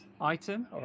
item